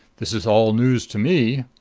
this is all news to me.